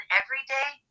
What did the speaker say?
everyday